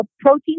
protein